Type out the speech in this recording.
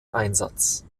einsatz